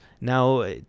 Now